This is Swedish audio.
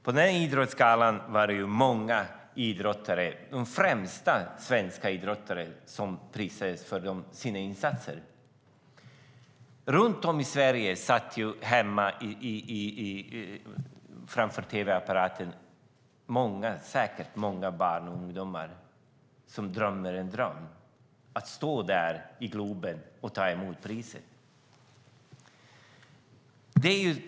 På denna gala prisades många av de främsta svenska idrottarna för sina insatser. Runt om i Sverige satt säkert många barn och ungdomar framför tv-apparaterna som har en dröm om att stå där i Globen och ta emot ett pris.